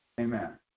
Amen